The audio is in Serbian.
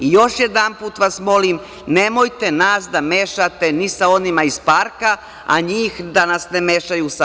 Još jednom vas molim, nemojte nas da mešate ni sa onima iz parka, a njih da nas ne mešaju sa nama.